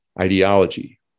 ideology